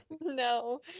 No